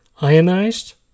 ionized